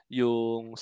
yung